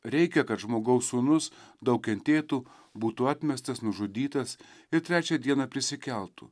reikia kad žmogaus sūnus daug kentėtų būtų atmestas nužudytas ir trečią dieną prisikeltų